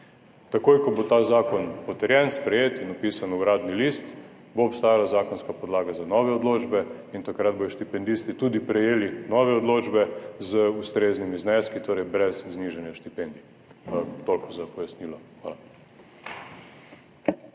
Takoj ko bo ta zakon potrjen, sprejet in vpisan v Uradni list, bo obstajala zakonska podlaga za nove odločbe in takrat bodo štipendisti tudi prejeli nove odločbe z ustreznimi zneski, torej brez znižanja štipendij. Toliko za pojasnilo. Hvala.